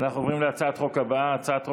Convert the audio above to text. אנחנו עוברים להצעת החוק הבאה, הצעת חוק-יסוד: